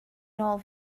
nôl